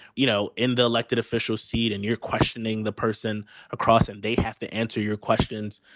you know, in the elected official seat. and you're questioning the person across and they have to answer your questions.